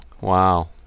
Wow